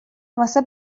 واسه